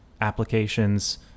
applications